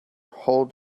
hold